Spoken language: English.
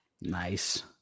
nice